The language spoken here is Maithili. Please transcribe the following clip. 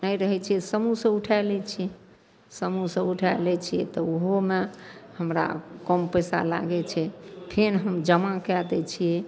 नहि रहै छै समूहसे उठै लै छिए समूहसे उठै लै छिए तऽ ओहोमे हमरा कम पइसा लागै छै फेर हम जमा कै दै छिए